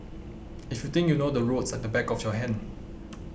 if you think you know the roads like the back of your hand